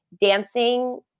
Dancing